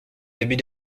début